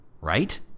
right